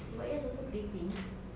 tempat yours also creepy